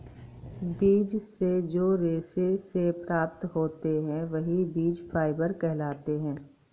बीज से जो रेशे से प्राप्त होते हैं वह बीज फाइबर कहलाते हैं